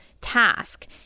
task